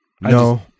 No